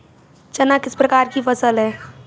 चना किस प्रकार की फसल है?